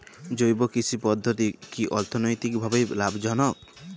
জৈব কৃষি পদ্ধতি কি অর্থনৈতিকভাবে লাভজনক?